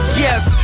yes